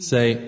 Say